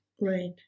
Right